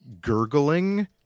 gurgling